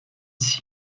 six